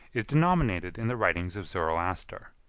is denominated in the writings of zoroaster,